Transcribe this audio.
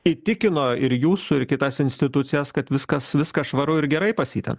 įtikino ir jūsų ir kitas institucijas kad viskas viskas švaru ir gerai pas jį ten